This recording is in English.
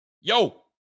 yo